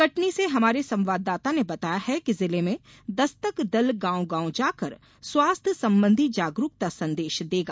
कटनी से हमारे संवाददाता ने बताया है कि जिले में दस्तक दल गाँव गाँव जाकर स्वास्थ्य संबधी जागरूकता सदेंश देगा